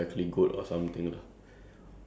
doesn't mean you follow